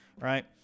right